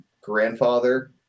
grandfather